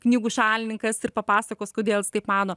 knygų šalininkas ir papasakos kodėl taip mano